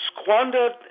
squandered